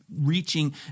reaching